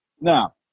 Now